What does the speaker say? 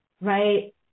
right